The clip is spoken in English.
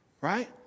right